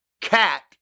cat